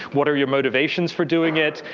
what are your motivations for doing it?